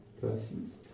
persons